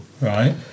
Right